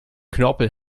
knorpel